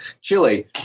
Chile